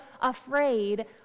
afraid